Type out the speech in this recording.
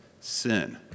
Sin